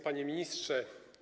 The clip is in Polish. Panie Ministrze!